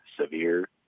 severe